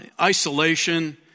isolation